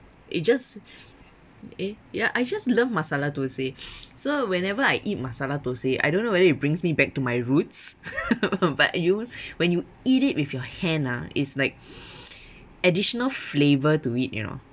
it just eh ya I just love masala thosai so whenever I eat masala thosai I don't know whether it brings me back to my roots but you when you eat it with your hand ah is like additional flavour to it you know